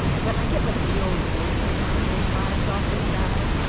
but i get, like, real gordon sundlun vibes off this guy.